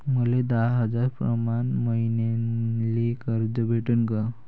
मले दहा हजार प्रमाण मईन्याले कर्ज भेटन का?